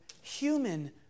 human